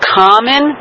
common